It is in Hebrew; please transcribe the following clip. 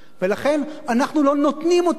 ולכן אנחנו לא נותנים אותו,